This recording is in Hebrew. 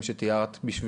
שתיארת?